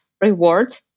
reward